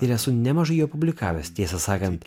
ir esu nemažai jo publikavęs tiesą sakant